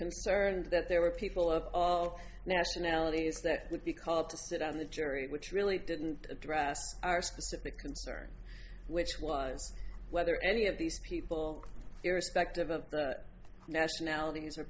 concerned that there were people of all nationalities that would be called to sit on the jury which really didn't address our specific concern which was whether any of these people irrespective of nationalities or